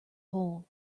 hole